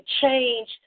change